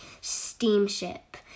steamship